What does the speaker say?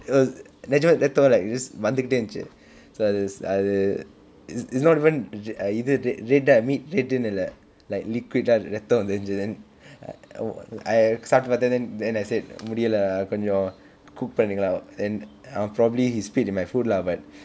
it was நிஜமா ரத்தம்:nijamaa rattham like just வந்துகிட்டே இருந்தது:vanthukitte irunhtathu so I just அது:athu it's not even இது:ithu red ah meat red இன்னு இல்லை:innu illai like liquid ah ரத்தம் வந்தது:rattham vanthathu then சாப்பிட்டு பார்த்தேன்:sappittu paarthen then then I said முடியல கொஞ்சம்:mudiyala koncham cook பண்ணுங்க:pannunga then err probably he spit in my food lah but